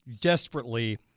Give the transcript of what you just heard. desperately